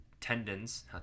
Tendons